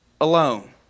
alone